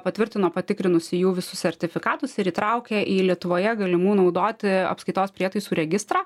patvirtino patikrinusi jų visus sertifikatus ir įtraukė į lietuvoje galimų naudoti apskaitos prietaisų registrą